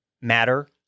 matter